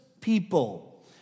people